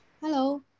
Hello